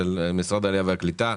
של משרד העלייה והקליטה,